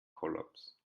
kollaps